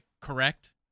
correct